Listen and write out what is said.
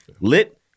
lit